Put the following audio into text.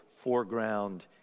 foreground